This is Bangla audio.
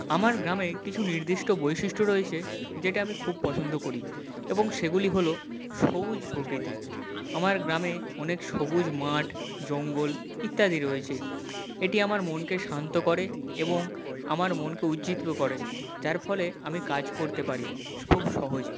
আমার গ্রামে কিছু নির্দিষ্ট বৈশিষ্ট্য রয়েছে যেটা আমি খুব পছন্দ করি এবং সেগুলি হলো সবুজ প্রকৃতি আমার গ্রামে অনেক সবুজ মাঠ জঙ্গল ইত্যাদি রয়েছে এটি আমার মনকে শান্ত করে এবং আমার মনকে উজ্জীবিত করে যার ফলে আমি কাজ করতে পারি খুব সহজে